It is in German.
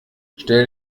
stell